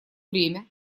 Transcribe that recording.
время